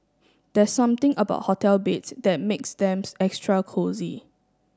there's something about hotel beds that makes them extra cosy